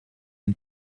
een